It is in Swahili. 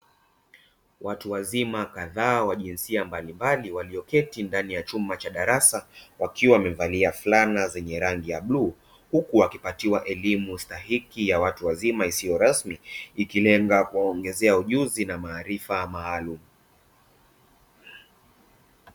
Watu wazima kadhaa wa jinsia mbalimbali, walioketi ndani ya chumba cha darasa wakiwa wamevalia fulana zenye rangi ya bluu, huku wakipatiwa elimu stahiki ya watu wazima isiyo rasmi, ikilenga kuwaongezea ujuzi na maarifa maalumu.